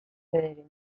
bederen